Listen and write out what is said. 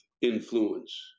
influence